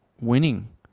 winning